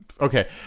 okay